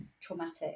traumatic